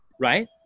right